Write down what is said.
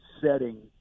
setting